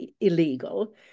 illegal